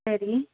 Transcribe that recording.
சரி